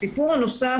העניין הנוסף